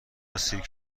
سیرک